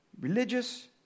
Religious